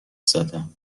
زدن